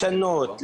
לשנות,